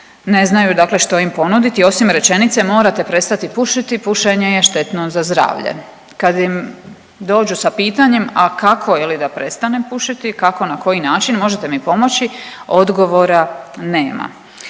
ne znaju što im ponuditi, osim rečenice morate prestati pušiti, pušenje je štetno za zdravlje. Kad im dođu sa pitanjem, a kako da prestanem pušiti, kako, na koji način, možete mi pomoći odgovora nema.